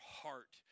heart